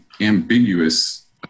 ambiguous